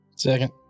Second